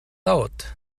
out